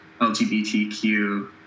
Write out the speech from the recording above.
LGBTQ